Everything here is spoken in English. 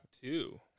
two